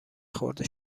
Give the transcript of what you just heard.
خورد